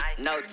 no